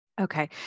Okay